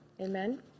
Amen